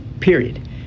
period